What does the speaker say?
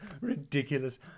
ridiculous